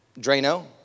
Drano